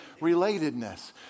relatedness